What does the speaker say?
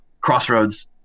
crossroads